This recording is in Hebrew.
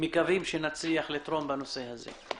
מקווים שנצליח לתרום בנושא הזה.